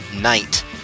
night